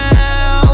now